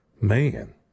Man